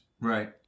Right